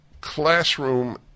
classroom